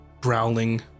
growling